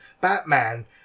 Batman